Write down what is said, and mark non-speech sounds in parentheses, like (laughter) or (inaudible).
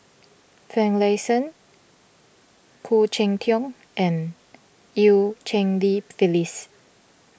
Finlayson Khoo Cheng Tiong and Eu Cheng Li (noise) Phyllis